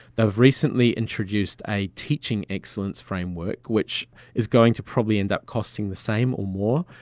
they've recently introduced a teaching excellence framework which is going to probably end up costing the same or more,